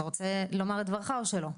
אתה רוצה לומר את דברך או שלא?